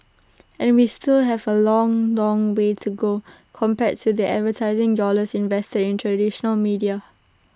and we still have A long long way to go compared to the advertising dollars invested in traditional media